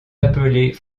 appelés